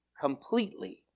completely